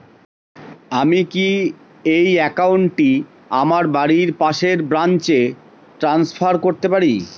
আমি কি এই একাউন্ট টি আমার বাড়ির পাশের ব্রাঞ্চে ট্রান্সফার করতে পারি?